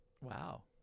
Wow